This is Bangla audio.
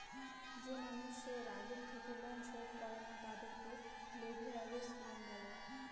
যে মানুষের আগে থেকে লোন শোধ করে না, তাদেরকে লেভেরাগেজ লোন বলে